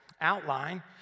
outline